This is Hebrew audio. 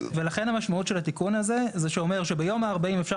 ולכן המשמעות של התיקון הזה זה שאומר שביום ה-40 אפשר